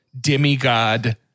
demigod